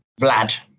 Vlad